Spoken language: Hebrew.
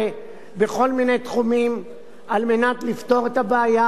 בכל מיני תחומים על מנת לפתור את הבעיה,